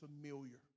familiar